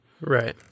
right